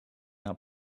out